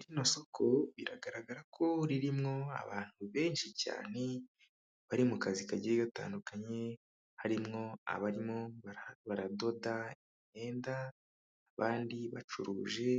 Rino soko biragaragara ko ririmo abantu benshi cyane bari mu kazi kagiye gatandukanye, harimo abarimo baradoda imyenda, abandi bacuruje